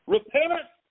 Repentance